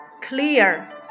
clear